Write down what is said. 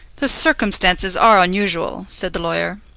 the circumstances are unusual, said the lawyer.